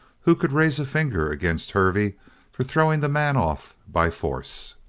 who could raise a finger against hervey for throwing the man off by force?